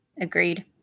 agreed